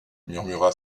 murmura